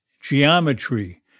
geometry